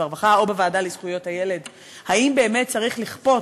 בלי להגיב על הדברים, לא רואה צורך.